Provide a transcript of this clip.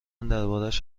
دربارش